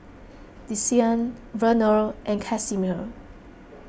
Desean Vernal and Casimir